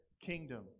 kingdom